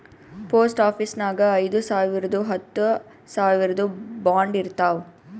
post ಆಫೀಸ್ನಾಗ್ ಐಯ್ದ ಸಾವಿರ್ದು ಹತ್ತ ಸಾವಿರ್ದು ಬಾಂಡ್ ಇರ್ತಾವ್